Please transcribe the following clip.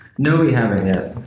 no, we haven't yet.